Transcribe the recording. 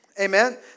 Amen